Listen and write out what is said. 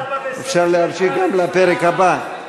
אפשר להמשיך גם לפרק הבא,